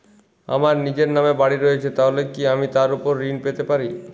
আমার নিজের নামে বাড়ী রয়েছে তাহলে কি আমি তার ওপর ঋণ পেতে পারি?